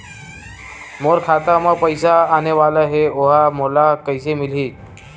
मोर खाता म पईसा आने वाला हे ओहा मोला कइसे मिलही?